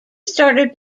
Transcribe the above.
started